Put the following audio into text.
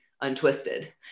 untwisted